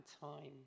time